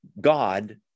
God